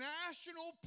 national